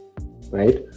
right